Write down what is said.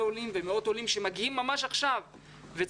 עולים ועל מאות עולים שמגיעים ממש עכשיו וצריכים